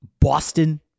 Boston